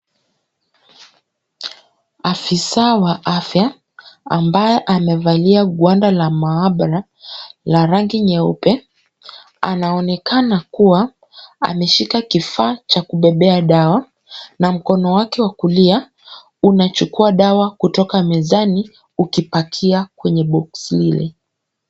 Afisa wa afya, ambaye amevalia gwanda a maabara la rangi nyeupe, anaonekana kuwa ameshika kifaa cha kubebea dawa, na mkono wake wa kulia unachukua dawa kutoka mezani, uki pack kwenye box lile.